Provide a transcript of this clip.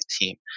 team